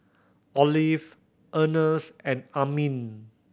Olive Ernst and Amin